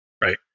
Right